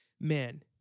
Man